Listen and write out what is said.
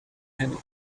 panic